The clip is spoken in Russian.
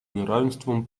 неравенством